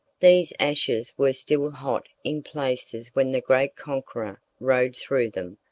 these ashes were still hot in places when the great conqueror rode through them,